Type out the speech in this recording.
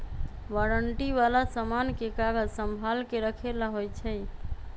warranty वाला समान के कागज संभाल के रखे ला होई छई